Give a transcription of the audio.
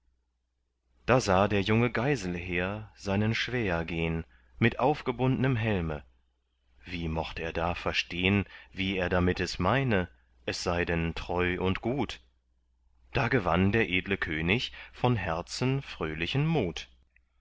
da sah der junge geiselher seinen schwäher gehn mit aufgebundnem helme wie mocht er da verstehn wie er damit es meine es sei denn treu und gut da gewann der edle könig von herzen fröhlichen mut